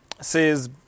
says